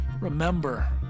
Remember